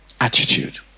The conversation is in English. Attitude